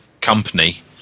company